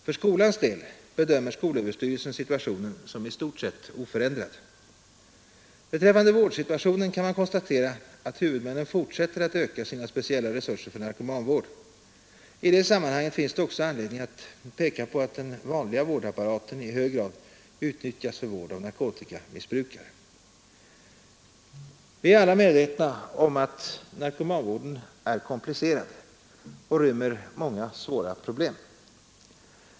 För skolans del bedömer skolöverstyrelsen situationen som i stort sett oförändrad. Beträffande vårdsituationen kan man konstatera att huvudmännen fortsätter att öka sina speciella resurser för narkomanvård. I detta sammanhang finns det också anledning att peka på att den vanliga vårdapparaten i hög grad utnyttjas för vård av narkotikamissbrukare. Vi är alla medvetna om att narkomanvården är komplicerad och inrymmer många svåra problem.